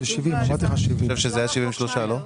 אני חושב שאלה היו 73, לא?